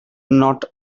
not